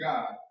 God